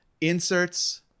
inserts